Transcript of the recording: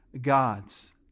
gods